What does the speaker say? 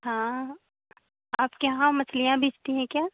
हाँ आपके यहाँ मछलियाँ बिकती हैं क्या